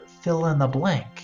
fill-in-the-blank